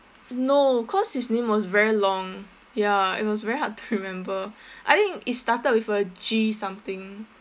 no cause his name was very long ya it was very hard to remember I think it started with a G something